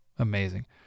Amazing